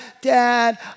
Dad